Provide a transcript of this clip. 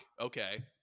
Okay